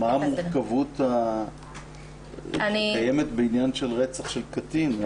מה המורכבות הקיימת בעניין של רצח קטין?